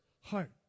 heart